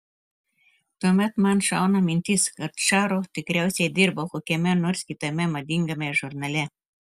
tuomet man šauna mintis kad čaro tikriausiai dirba kokiame nors kitame madingame žurnale